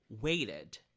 waited